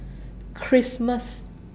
Christmas